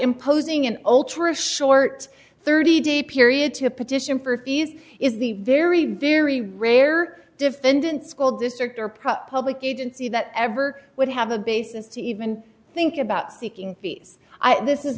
imposing an ultra short thirty day period to petition for fees is the very very rare defendant school district or prop public agency that ever would have a basis to even think about seeking fees this is